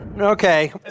Okay